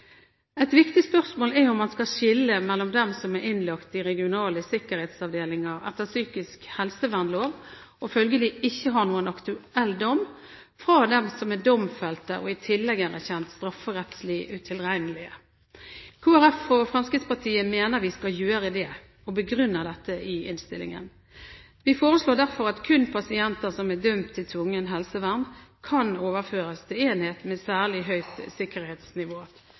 Et viktig spørsmål er om man skal skille mellom dem som er innlagt i regionale sikkerhetsavdelinger etter psykisk helsevernlov, og følgelig ikke har noen aktuell dom, og dem som er domfelt, og som i tillegg er erkjent strafferettslig utilregnelige. Kristelig Folkeparti og Fremskrittspartiet mener at vi skal gjøre det, og begrunner dette i innstillingen. Vi foreslår derfor at kun pasienter som er dømt til tvungent helsevern, kan overføres til en enhet med særlig høyt sikkerhetsnivå,